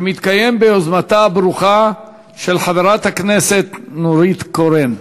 שמתקיים ביוזמתה הברוכה של חברת הכנסת נורית קורן,